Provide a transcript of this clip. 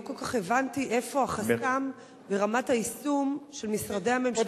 לא כל כך הבנתי איפה החסם ברמת היישום של משרדי הממשלה,